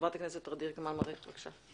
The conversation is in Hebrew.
חברת הכנסת ע'דיר כמאל מריח בבקשה.